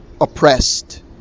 oppressed